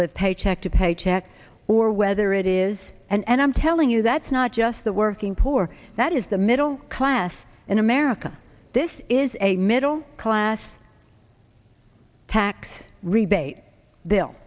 live paycheck to paycheck or whether it is and i'm telling you that's not just the working poor that is the middle class in america this is a middle class tax rebate bill